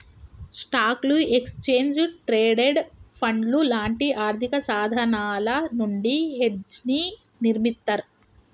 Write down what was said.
స్టాక్లు, exchange traded ఫండ్లు లాంటి ఆర్థికసాధనాల నుండి హెడ్జ్ని నిర్మిత్తర్